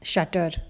shuttered